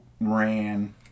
ran